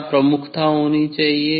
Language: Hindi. क्या प्रमुखता होनी चाहिए